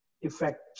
effect